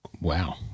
Wow